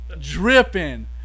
dripping